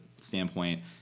standpoint